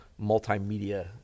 multimedia